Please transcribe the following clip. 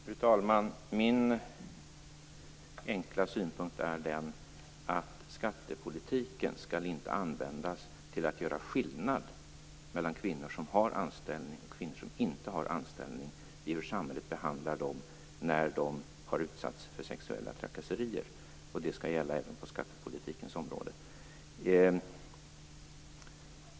Fru talman! Min enkla synpunkt är att skattepolitiken inte skall användas till att göra skillnad mellan kvinnor som har anställning och kvinnor som inte har anställning när det gäller hur samhället behandlar dem när de har utsatts för sexuella trakasserier. Det skall gälla även på skattepolitikens område.